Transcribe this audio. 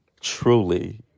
truly